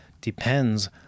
depends